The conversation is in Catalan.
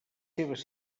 seves